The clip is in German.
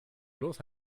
bloß